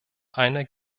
einer